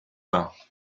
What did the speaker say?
bains